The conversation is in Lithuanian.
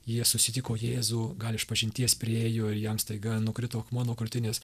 jie susitiko jėzų gal išpažinties priėjo ir jam staiga nukrito akmuo nuo krūtinės